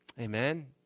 Amen